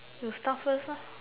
you start first uh